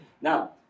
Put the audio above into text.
Now